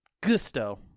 gusto